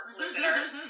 listeners